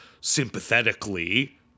sympathetically